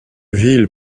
ville